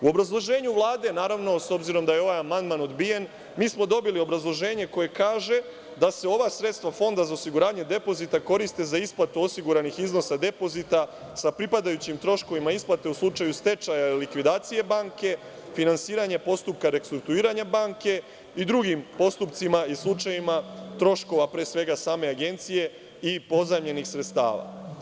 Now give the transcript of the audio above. U obrazloženju Vlade, s obzirom da je ovaj amandman odbijen, mi smo dobili obrazloženje koje kaže da se ova sredstva Fonda za osiguranje depozita koriste za isplatu osiguranih iznosa depozita sa pripadajućim troškovima isplate u slučaju stečaja i likvidacije banke, finansiranja postupka restrukturiranja banke i drugim postupcima i slučajevima troškova pre svega same agencije i pozajmljenih sredstava.